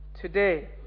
today